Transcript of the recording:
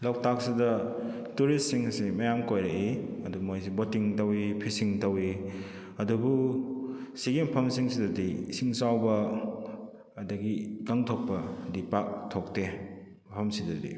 ꯂꯣꯛꯇꯥꯛꯁꯤꯗ tourist ꯁꯤꯡ ꯑꯁꯤ ꯃꯌꯥꯝ ꯀꯣꯏꯔꯛꯏ ꯑꯗꯨ ꯃꯣꯏꯁꯤ ꯕꯣꯇꯤꯡ ꯇꯧꯏ ꯐꯤꯁꯤꯡ ꯇꯧꯏ ꯑꯗꯨꯕꯨ ꯁꯤꯒꯤ ꯃꯐꯝꯁꯤꯡꯁꯤꯗꯗꯤ ꯏꯁꯤꯡ ꯆꯥꯎꯕ ꯑꯗꯒꯤ ꯏꯀꯪ ꯊꯣꯛꯄ ꯗꯤ ꯄꯥꯛ ꯊꯣꯛꯇꯦ ꯃꯐꯝꯁꯤꯗꯗꯤ